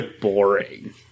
boring